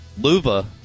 Luva